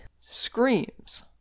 screams